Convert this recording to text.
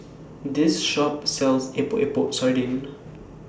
This Shop sells Epok Epok Sardin